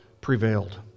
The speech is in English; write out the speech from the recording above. prevailed